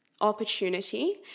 opportunity